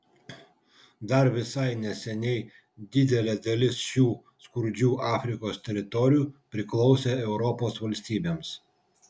dar visai neseniai didelė dalis šių skurdžių afrikos teritorijų priklausė europos valstybėms